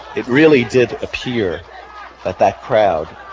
it really did appear that that crowd,